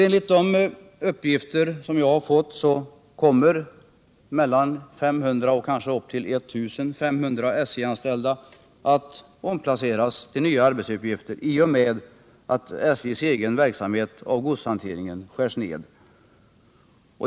Enligt de uppgifter som jag har fått kommer mellan 500 och upp till kanske 1 500 SJ-anställda att omplaceras till nya arbetsuppgifter i och med att SJ:s egen verksamhet med godshantering skärs ned.